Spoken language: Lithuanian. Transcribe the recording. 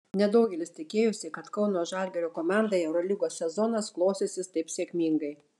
nedaugelis tikėjosi kad kauno žalgirio komandai eurolygos sezonas klostysis taip sėkmingai